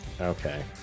Okay